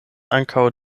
ankaŭ